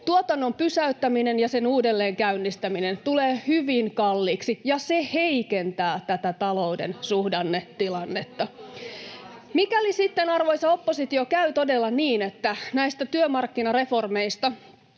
Tuotannon pysäyttäminen ja sen uudelleenkäynnistäminen tulee hyvin kalliiksi, ja se heikentää tätä talouden suhdannetilannetta. Mikäli sitten, arvoisa oppositio, käy todella niin, että näistä työmarkkinareformeista